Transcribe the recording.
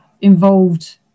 involved